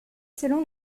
selon